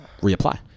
reapply